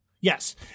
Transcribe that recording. Yes